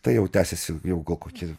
tai jau tęsiasi jau gal koki